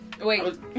Wait